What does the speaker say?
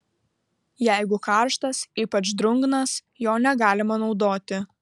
jeigu karštas ypač drungnas jo negalima naudoti